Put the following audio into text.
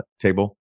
table